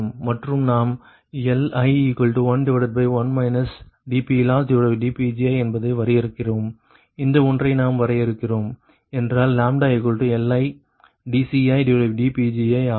மற்றும் நாம் Li11 dPLossdPgi என்பதை வரையறுக்கிறோம் இந்த ஒன்றை நாம் வரையறுக்கிறோம் என்றால் LidCidPgi ஆகும்